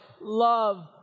love